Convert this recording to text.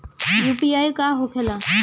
UPI का होखेला?